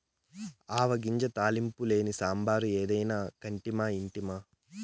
ఆవ గింజ తాలింపు లేని సాంబారు ఏదైనా కంటిమా ఇంటిమా